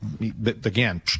again